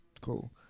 Cool